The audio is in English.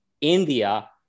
India